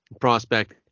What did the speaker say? prospect